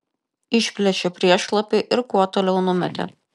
išplėšė priešlapį ir kuo toliau numetė